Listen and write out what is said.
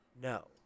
no